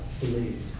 believe